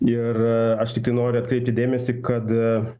ir aš tiktai noriu atkreipti dėmesį kad